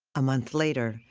a month later,